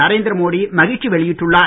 நரேந்திர மோடி மகிழ்ச்சி வெளியிட்டுள்ளார்